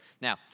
Now